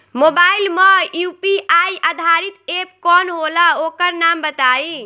Mobile म UPI आधारित app कौन होला ओकर नाम बताईं?